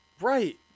Right